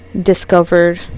discovered